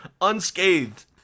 unscathed